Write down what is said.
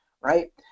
right